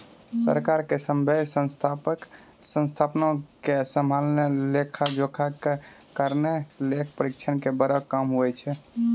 सरकार के सभ्भे संस्थानो के सलाना लेखा जोखा करनाय लेखा परीक्षक के बड़ो काम होय छै